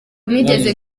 nigeze